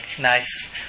nice